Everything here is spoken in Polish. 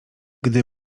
gdy